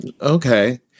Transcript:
Okay